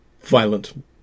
violent